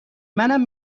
منم